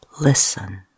Listen